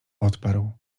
odparł